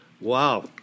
Wow